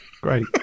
great